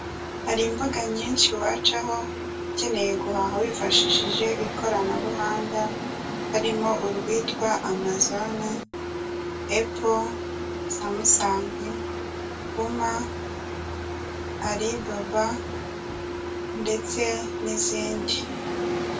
Hari imbuga nyinshi wacaho ukeneye guhaha wifashishije ikoranabuhanga harimo urwitwa amazon, aple, Samusange, puma, alibaba ndetse n'izindi.